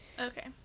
okay